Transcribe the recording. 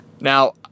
Now